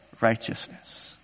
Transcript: righteousness